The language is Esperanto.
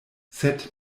sed